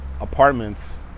apartments